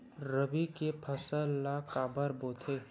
रबी के फसल ला काबर बोथे?